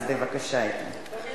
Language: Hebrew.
אז בבקשה, איתן.